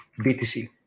BTC